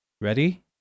Ready